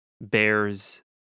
bears